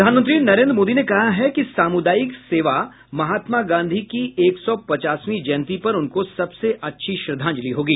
प्रधानमंत्री नरेन्द्र मोदी ने कहा है कि सामुदायिक सेवा महात्मा गांधी की एक सौ पचासवीं जयंती पर उनको सबसे अच्छी श्रद्धांजलि होगी